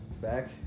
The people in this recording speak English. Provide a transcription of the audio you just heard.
back